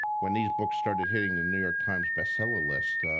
when these books started hitting the new york times bestseller list,